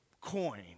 coin